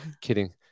Kidding